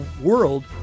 world